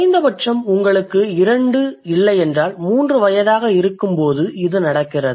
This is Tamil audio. குறைந்தபட்சம் உங்களுக்கு இரண்டு இல்லையென்றால் மூன்று வயதாக இருக்கும்போது இது நடக்கிறது